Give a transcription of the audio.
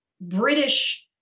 British